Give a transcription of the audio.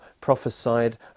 prophesied